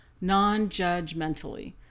non-judgmentally